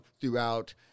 throughout